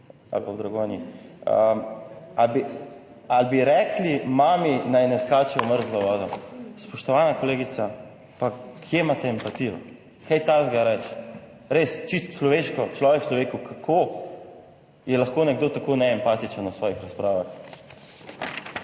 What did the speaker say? ali pa v Dragonji, ali bi rekli mami, naj ne skače v mrzlo vodo? Spoštovana kolegica, pa kje imate empatijo, kaj takega reči. Res čisto človeško, človek človeku, kako je lahko nekdo tako neempatičen v svojih razpravah?